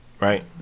right